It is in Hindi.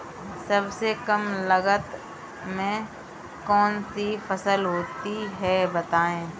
सबसे कम लागत में कौन सी फसल होती है बताएँ?